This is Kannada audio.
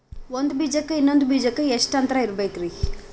ಒಂದ್ ಬೀಜಕ್ಕ ಇನ್ನೊಂದು ಬೀಜಕ್ಕ ಎಷ್ಟ್ ಅಂತರ ಇರಬೇಕ್ರಿ?